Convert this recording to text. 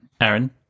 Aaron